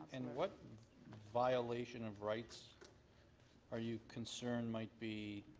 and what violation of rights are you concerned might be